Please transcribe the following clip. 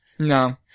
No